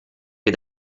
che